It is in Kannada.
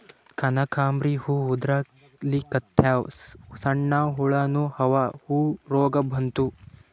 ಕನಕಾಂಬ್ರಿ ಹೂ ಉದ್ರಲಿಕತ್ತಾವ, ಸಣ್ಣ ಹುಳಾನೂ ಅವಾ, ಯಾ ರೋಗಾ ಬಂತು?